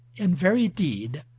in very deed,